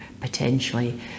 potentially